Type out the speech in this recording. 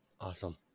Awesome